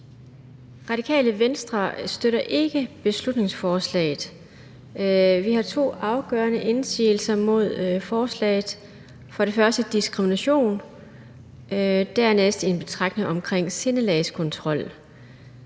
Radikale Venstre støtter ikke beslutningsforslaget. Vi har to afgørende indsigelser mod forslaget: For det første diskrimination og for det andet en betragtning omkring sindelagskontrol.